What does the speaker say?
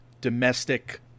domestic